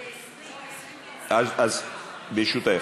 ו-20, אז, ברשותך.